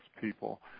people